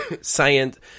science